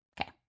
Okay